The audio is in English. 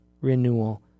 renewal